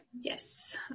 Yes